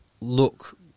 look